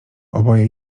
oboje